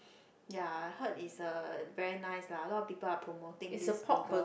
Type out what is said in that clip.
ya I heard it's uh very nice lah a lot of people are promoting this burger